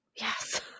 Yes